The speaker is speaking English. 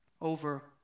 over